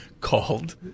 called